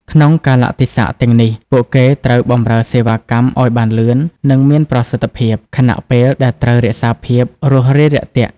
ក្នុងកាលៈទេសៈទាំងនេះ ពួកគេត្រូវបម្រើសេវាកម្មឲ្យបានលឿន និងមានប្រសិទ្ធភាព ខណៈពេលដែលត្រូវរក្សាភាពរួសរាយរាក់ទាក់។